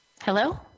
Hello